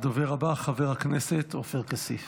הדובר הבא, חבר הכנסת עופר כסיף.